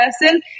person